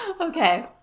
Okay